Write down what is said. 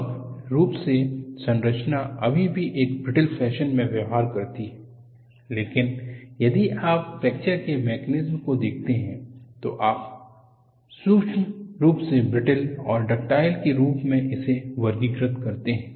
समग्र रूप से संरचना अभी भी एक ब्रिटल फैशन में व्यवहार करती है लेकिन यदि आप फ्रैक्चर के मैकेनिज्मस को देखते हैं तो आप सूक्ष्म रूप से ब्रिटल और डक्टाइल के रूप में इसे वर्गीकृत करते हैं